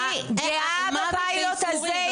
אני גאה בפיילוט הזה הילה.